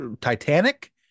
Titanic